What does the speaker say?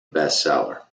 bestseller